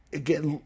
again